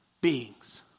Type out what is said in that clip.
beings